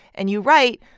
and you write,